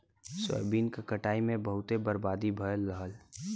soybean क कटाई में बहुते बर्बादी भयल रहल